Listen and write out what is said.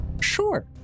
Sure